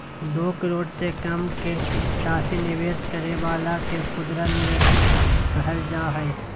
दो करोड़ से कम के राशि निवेश करे वाला के खुदरा निवेशक कहल जा हइ